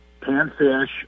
panfish